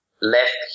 left